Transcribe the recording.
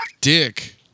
dick